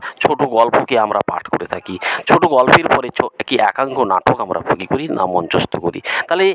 ছোটো গল্পকে আমরা পাঠ করে থাকি ছোটো গল্পের পরেন ছো একি একাঙ্ক নাটক আমরা কী করি না মঞ্চস্থ করি তাহলে